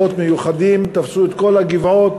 כוחות מיוחדים תפסו את כל הגבעות